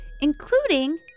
including